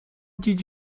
did